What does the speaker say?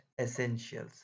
Essentials